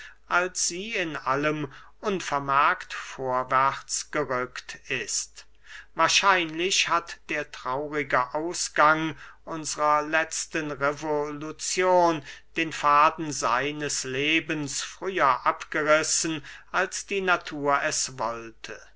als sie in allem unvermerkt vorwärts gerückt ist wahrscheinlich hat der traurige ausgang unsrer letzten revoluzion den faden seines lebens früher abgerissen als die natur es wollte